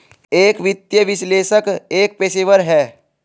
एक वित्तीय विश्लेषक एक पेशेवर है